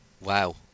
Wow